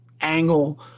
angle